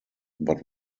but